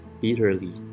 bitterly